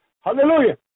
Hallelujah